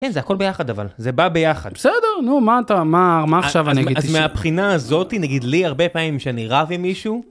כן, זה הכל ביחד, אבל זה בא ביחד. בסדר, נו, מה אתה, מה עכשיו אני אגיד? אז מהבחינה הזאתי, נגיד לי הרבה פעמים שאני רב עם מישהו...